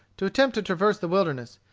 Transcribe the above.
to attempt to traverse the wilderness,